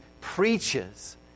preaches